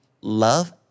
love